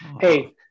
hey